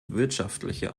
wirtschaftliche